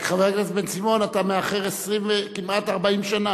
רק, חבר הכנסת בן-סימון, אתה מאחר כמעט 40 שנה.